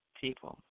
people